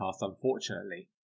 unfortunately